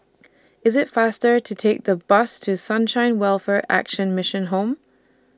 IS IT faster to Take The Bus to Sunshine Welfare Action Mission Home